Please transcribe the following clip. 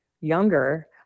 younger